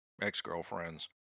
ex-girlfriends